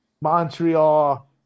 Montreal